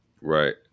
Right